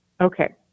Okay